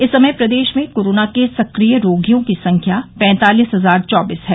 इस समय प्रदेश में कोरोना सक्रिय रोगियों की संख्या पैंतालीस हजार चौबीस हैं